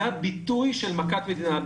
זה הביטוי של מכת מדינה.